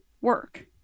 work